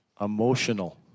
emotional